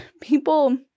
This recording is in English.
people